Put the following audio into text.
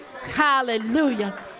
hallelujah